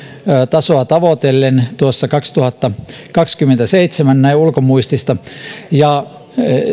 tasoa tavoitellen tuossa kaksituhattakaksikymmentäseitsemän näin ulkomuistista